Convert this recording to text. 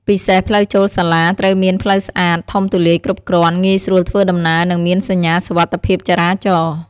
ពិសេសផ្លូវចូលសាលា ត្រូវមាន ផ្លូវស្អាត ធំទូលាយគ្រប់គ្រាន់ ងាយស្រួលធ្វើដំណើរ និងមានសញ្ញាសុវត្ថិភាពចរាចរណ៍។